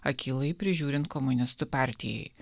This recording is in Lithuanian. akylai prižiūrint komunistų partijai